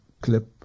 clip